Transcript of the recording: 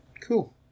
Cool